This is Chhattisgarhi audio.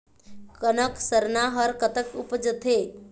कनक सरना हर कतक उपजथे?